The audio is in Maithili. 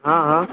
हँ हँ